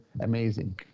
Amazing